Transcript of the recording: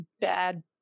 bad